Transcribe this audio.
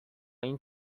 این